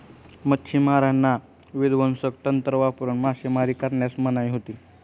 मच्छिमारांना विध्वंसक तंत्र वापरून मासेमारी करण्यास मनाई होती